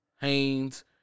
Haynes